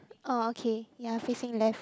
orh okay ya facing left